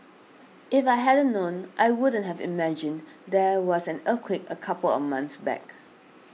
if I hadn't known I wouldn't have imagined there was an earthquake a couple of months back